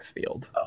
Field